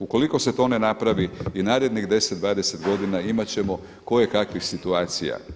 Ukoliko se to ne napravi i narednih 10, 20 godina imat ćemo kojekakvih situacija.